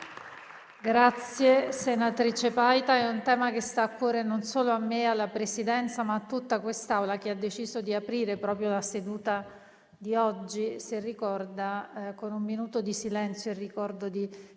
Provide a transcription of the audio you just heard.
Senatrice Paita, questo è un tema che sta a cuore non solo a me e alla Presidenza, ma a tutta quest'Aula, che ha deciso di aprire proprio la seduta di oggi, se ricorda, con un minuto di silenzio in ricordo di